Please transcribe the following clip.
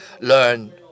learn